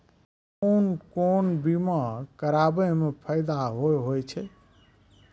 कोन कोन बीमा कराबै मे फायदा होय होय छै?